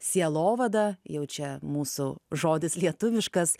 sielovada jau čia mūsų žodis lietuviškas